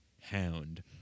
Hound